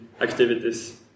activities